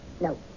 No